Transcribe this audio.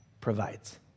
provides